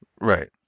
Right